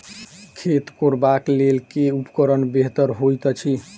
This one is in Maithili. खेत कोरबाक लेल केँ उपकरण बेहतर होइत अछि?